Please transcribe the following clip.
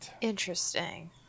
Interesting